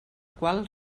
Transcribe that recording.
qual